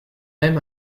même